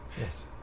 Yes